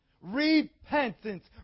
Repentance